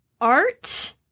art